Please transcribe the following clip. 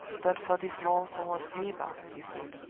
but for this morsel of paper, he thought,